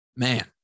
Man